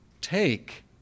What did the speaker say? Take